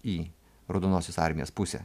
į raudonosios armijos pusę